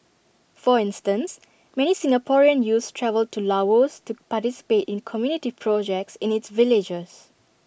for instance many Singaporean youths travel to Laos to participate in community projects in its villages